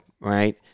right